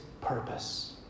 purpose